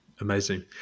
Amazing